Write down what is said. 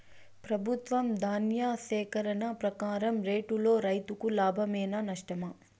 ప్రభుత్వం ధాన్య సేకరణ ప్రకారం రేటులో రైతుకు లాభమేనా నష్టమా?